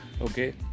Okay